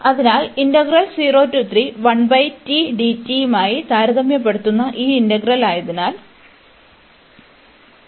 അതിനാൽ മായി താരതമ്യപ്പെടുത്തുന്ന ഈ ഇന്റഗ്രൽ ആയതിനാൽ ഈ ഇന്റഗ്രൽ ഡൈവേർജ് ചെയ്യുന്നു